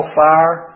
fire